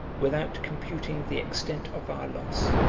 without computing the extent of our loss,